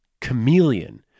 chameleon